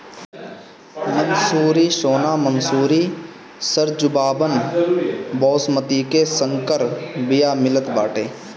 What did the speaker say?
मंसूरी, सोना मंसूरी, सरजूबावन, बॉसमति के संकर बिया मितल बाटे